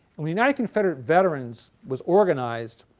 when the united confederate veterans was organized